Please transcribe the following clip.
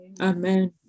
Amen